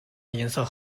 银色